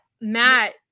Matt